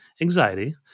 anxiety